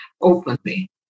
openly